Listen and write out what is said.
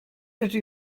rydw